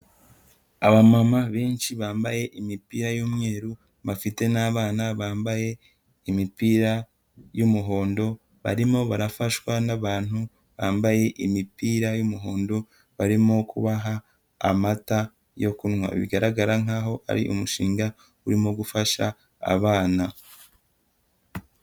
Abamama benshi bambaye imipira y'umweru bafite n'abana bambaye imipira y'umuhondo, barimo barafashwa n'abantu bambaye imipira y'umuhondo barimo kubaha amata yo kunywa, bigaragara nk'aho ari umushinga urimo gufasha abana.